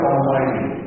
Almighty